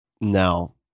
now